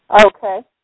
Okay